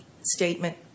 statement